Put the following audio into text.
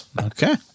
okay